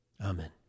Amen